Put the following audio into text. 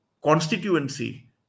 constituency